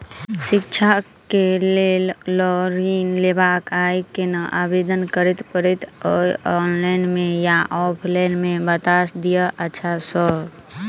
शिक्षा केँ लेल लऽ ऋण लेबाक अई केना आवेदन करै पड़तै ऑनलाइन मे या ऑफलाइन मे बता दिय अच्छा सऽ?